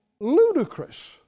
ludicrous